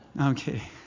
Okay